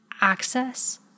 access